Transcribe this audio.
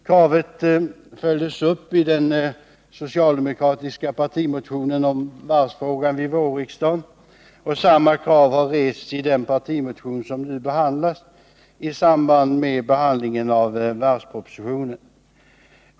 Kravet följdes upp i den socialdemokratiska partimotionen om varvsfrågan vid vårriksdagen. Samma krav har rests i den partimotion som nu behandlas i samband med behandlingen av varvspropositionen.